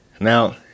Now